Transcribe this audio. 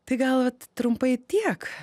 tai gal trumpai tiek